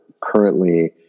currently